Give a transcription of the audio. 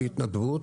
בהתנדבות,